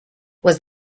was